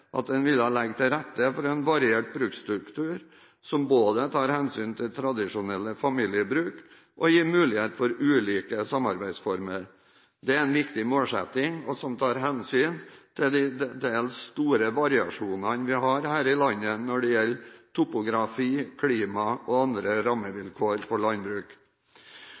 at man vil legge til rette for en variert bruksstruktur som både tar hensyn til tradisjonelle familiebruk og gir mulighet for ulike samarbeidsformer. Det er en viktig målsetting som tar hensyn til de til dels store variasjonene vi har her i landet når det gjelder topografi, klima og andre rammevilkår for landbruk.